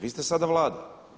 Vi ste sada Vlada.